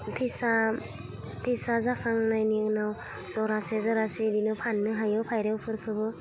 फिसा फिसा जाखांनायनि उनाव जरासे जरासे बिदिनो फाननो हायो फारौफोरखौबो